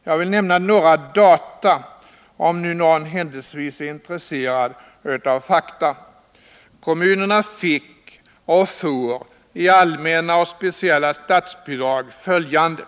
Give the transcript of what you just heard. Jag vill nämna några data, om nu någon händelsevis är intresserad av fakta. Kommunerna fick — och får — i allmänna och speciella statsbidrag följande.